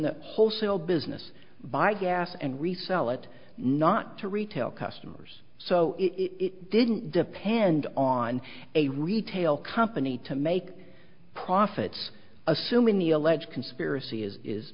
the wholesale business buy gas and resell it not to retail customers so it didn't depend on a retail company to make profits assuming the alleged conspiracy is